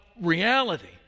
reality